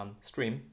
stream